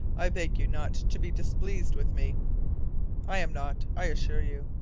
i beg you not to be displeased with me i am not, i assure you.